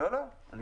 לא, לא.